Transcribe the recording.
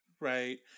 Right